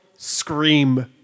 Scream